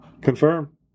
Confirm